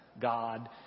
God